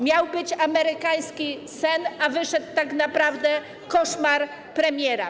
Miał być amerykański sen, a wyszedł tak naprawdę koszmar premiera.